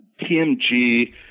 TMG